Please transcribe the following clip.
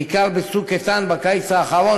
בעיקר ב"צוק איתן" בקיץ האחרון,